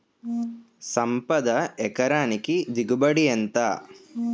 సంపద ఎకరానికి దిగుబడి ఎంత?